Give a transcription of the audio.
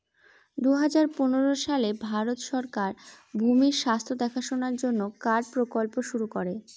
দুই হাজার পনেরো সালে ভারত সরকার ভূমির স্বাস্থ্য দেখাশোনার জন্য কার্ড প্রকল্প শুরু করে